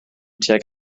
tuag